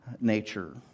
nature